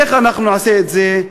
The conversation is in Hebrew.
איך אנחנו נעשה את זה?